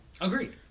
Agreed